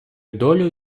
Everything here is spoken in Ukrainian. долю